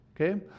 okay